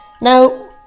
Now